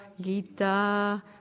Gita